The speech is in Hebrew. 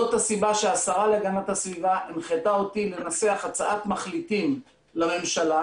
זאת הסיבה שהשרה להגנת הסביבה הנחתה אותי לנסח הצעת מחליטים לממשלה,